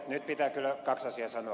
nyt pitää kyllä kaksi asiaa sanoa